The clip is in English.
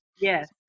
Yes